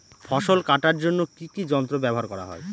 ফসল কাটার জন্য কি কি যন্ত্র ব্যাবহার করা হয়?